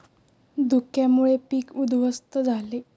धुक्यामुळे पीक उध्वस्त झाले